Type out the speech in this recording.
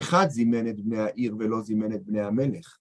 אחד זימן את בני העיר ולא זימן את בני המלך.